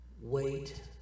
wait